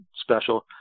special